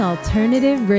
Alternative